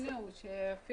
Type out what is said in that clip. תציג